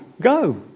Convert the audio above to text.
go